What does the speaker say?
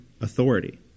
authority